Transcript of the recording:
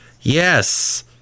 Yes